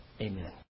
Amen